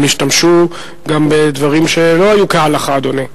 הם השתמשו גם בדברים שלא היו כהלכה, אדוני.